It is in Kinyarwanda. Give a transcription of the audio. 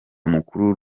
mukuru